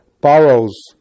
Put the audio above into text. borrows